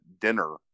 dinner